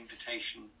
invitation